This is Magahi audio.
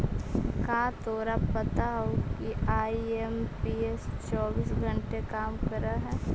का तोरा पता हवअ कि आई.एम.पी.एस चौबीस घंटे काम करअ हई?